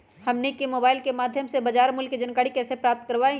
हमनी के मोबाइल के माध्यम से बाजार मूल्य के जानकारी कैसे प्राप्त करवाई?